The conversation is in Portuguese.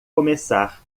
começar